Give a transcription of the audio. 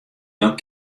dan